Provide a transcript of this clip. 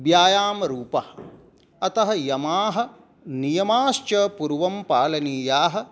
व्यायामरूपः अतः यमाः नियमाश्च पूर्वं पालनीयाः